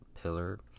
pillar